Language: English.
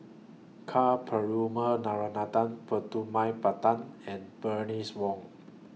Ka Perumal Narana Putumaippittan and Bernice Wong